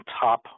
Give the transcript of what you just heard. top